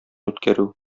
үткәрү